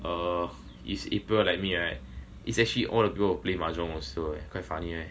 err is april like me right is actually all the bro that play mahjong also quite funny right